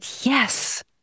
yes